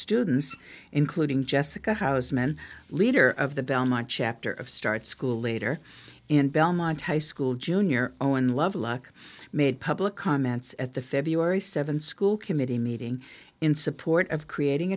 students including jessica houseman leader of the belmont chapter of start school later in belmont high school junior owen lovelock made public comments at the feb seventh school committee meeting in support of creating